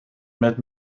met